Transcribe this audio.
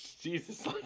Jesus